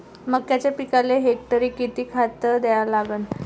मक्याच्या पिकाले हेक्टरी किती खात द्या लागन?